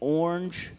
orange